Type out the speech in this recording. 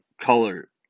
color